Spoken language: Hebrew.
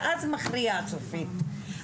ואז מכריע סופית,